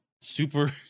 super